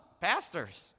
Pastors